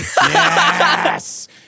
Yes